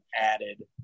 added